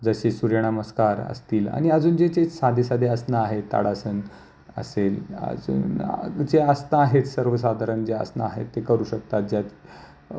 जसे सूर्यनमस्कार असतील आणि अजून जे जे साधे साधे आसनं आहेत ताडासन असेल अजून जे आसनं आहेत सर्वसाधारण जे आसनं आहेत ते करू शकतात ज्यात